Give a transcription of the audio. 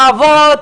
כבוד,